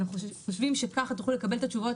אנחנו חושבים שתוכלו לקבל את התשובות